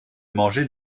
manger